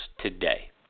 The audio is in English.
today